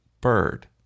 bird